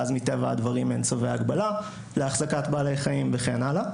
ואז מטבע הדברים אין צווי הגבלה להחזקת בעלי חיים וכן הלאה.